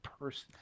person